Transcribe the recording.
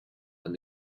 and